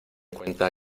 cuenta